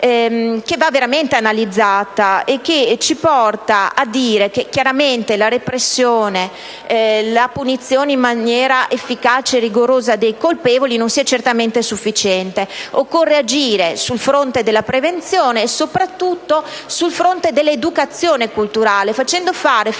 che va veramente analizzata e ci porta ad affermare chiaramente che la repressione, la punizione in maniera efficace e rigorosa dei colpevoli non è certamente sufficiente. Occorre agire sul fronte della prevenzione e soprattutto su quello dell'educazione culturale, facendo fare finalmente